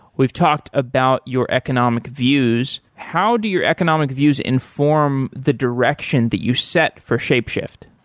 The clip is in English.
we've talked about your economic views. how do your economic views inform the direction that you set for shapeshift?